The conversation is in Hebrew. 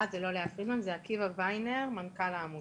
אני רוצה, בקצרה, לנגוע בכמה נקודות בודדות.